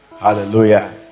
hallelujah